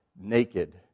naked